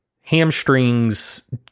hamstrings